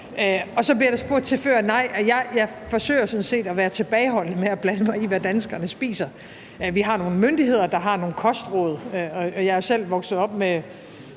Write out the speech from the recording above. Så blev der før spurgt til mad, og nej, jeg forsøger sådan set at være tilbageholdende med at blande mig i, hvad danskerne spiser. Vi har nogle myndigheder, der har nogle kostråd, og jeg er jo også selv vokset op med